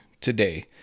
today